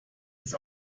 ins